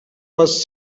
was